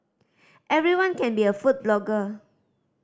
everyone can be a food blogger